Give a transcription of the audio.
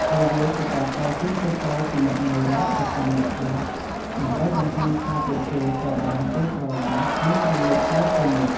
ហើយវាជាការផ្តល់ជូនចុងក្រោយពីអ្នកនៅរស់ទៅកាន់អ្នកស្លាប់ ដើម្បីបង្ហាញថាពួកគេត្រូវបានគេស្រឡាញ់ និងរំលឹកដល់ជានិច្ច។